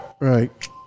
Right